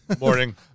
Morning